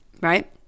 Right